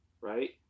right